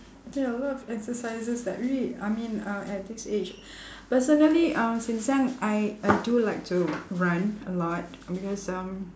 ya a lot of exercises that really I mean uh at this age personally uh since young I I do like to run a lot because um